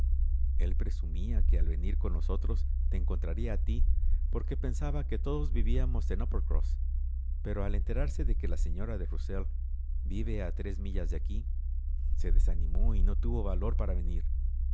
el presumía que al venir con nosotros te encontraría a ti porque pensaba que todos vivíamos en uppercross pero al enterarse de que la señora de rusell vive a tres millas de aquí se desanimó y no tuvo valor para venir